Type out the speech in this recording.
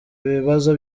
ibibazo